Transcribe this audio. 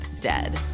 dead